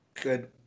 Good